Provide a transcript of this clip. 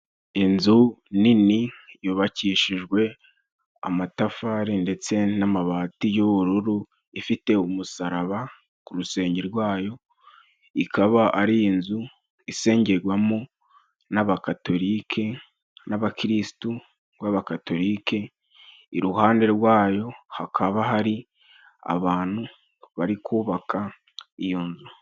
Inzu nini yubakishijwe amatafari ndetse n'amabati y'ubururu, ifite umusaraba ku rusenge rwayo, ikaba ari inzu isengerwamo n'abakatoliki n'abakirisitu b'abakatolike iruhande rwayo hakaba hari abantu bari kubaka iyo nzu.